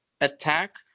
attack